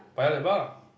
Paya-Lebar